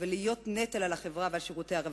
ולהיות נטל על החברה ועל שירותי הרווחה,